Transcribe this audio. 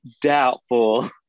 doubtful